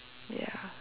ya